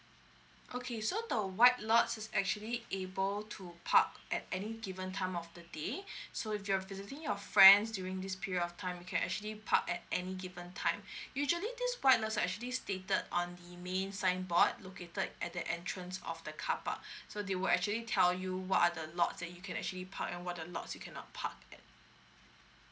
okay so the white lots is actually able to park at any given time of the day so if you're visiting your friends during this period of time you can actually park at any given time usually this white lots are actually stated on the main signboard located at the entrance of the carpark so they will actually tell you what are the lots that you can actually park and what other lots you cannot park at